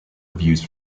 reviews